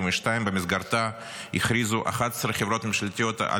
שבמסגרתה הכריזו 11 חברות ממשלתיות על